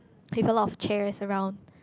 with a lot of chairs around